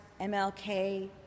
MLK